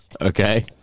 Okay